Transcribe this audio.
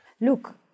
Look